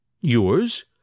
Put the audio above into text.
Yours